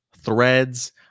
Threads